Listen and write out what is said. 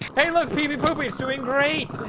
hey look phoebe poopy is doing great